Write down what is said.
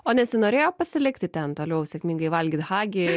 o nesinorėjo pasilikti ten toliau sėkmingai valgyt hagį